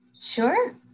Sure